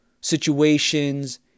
situations